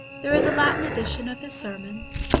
there is a latin edition of his sermons.